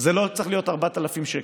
זה לא צריך להיות 4,000 שקל.